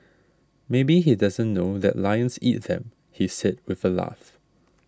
maybe he doesn't know that lions eat them he said with a laugh